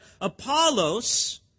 Apollos